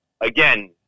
again